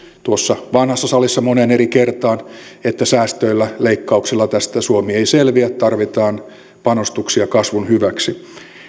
tuossa vanhassa salissa moneen eri kertaan että säästöillä ja leikkauksilla tästä suomi ei selviä tarvitaan panostuksia kasvun hyväksi